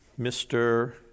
Mr